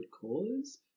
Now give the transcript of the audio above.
cause